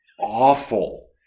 awful